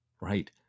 right